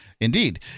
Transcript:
Indeed